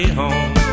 home